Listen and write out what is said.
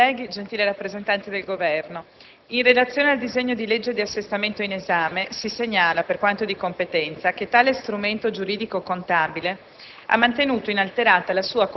gentili colleghi e gentili rappresentanti del Governo, in relazione al disegno di legge di assestamento in esame si segnala, per quanto di competenza, che tale strumento giuridico-contabile